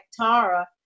Tara